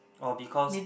or because